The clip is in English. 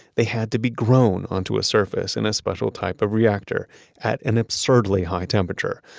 they had to be grown onto a surface in a special type of reactor at an absurdly high temperature.